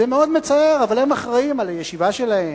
זה מאוד מצער, אבל הם אחראים לישיבה שלהם,